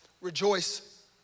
rejoice